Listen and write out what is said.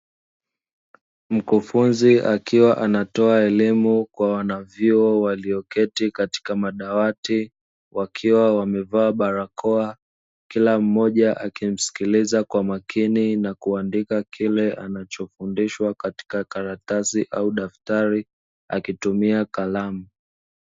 Mkufunzi akiwa anatoa elimu kwa wanavyuo walioketi katika madawati, wakiwa wamevaa barakoa. Kila mmoja akimsikiliza kwa makini na kuandika kile anachofundishwa katika karatasi au daftari, akitumia kalamu.